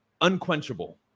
unquenchable